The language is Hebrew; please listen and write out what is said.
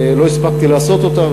לא הספקתי לעשות אותה,